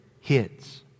hits